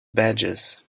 badges